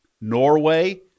Norway